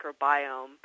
microbiome